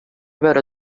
veure